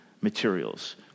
materials